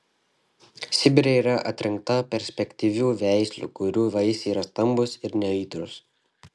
sibire yra atrinkta perspektyvių veislių kurių vaisiai yra stambūs ir neaitrūs